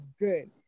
good